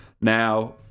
Now